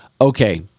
Okay